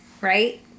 Right